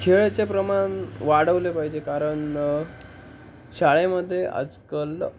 खेळाचे प्रमाण वाढवले पाहिजे कारण शाळेमध्ये आजकाल